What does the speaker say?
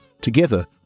Together